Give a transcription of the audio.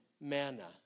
manna